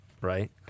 right